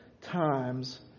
times